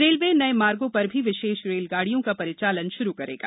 railway नये मार्गों पर भी विशेष रेलगाड़ियों का परिचालन श्रू करेगा